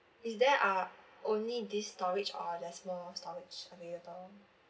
is there are only this storage or the small storage available